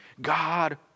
God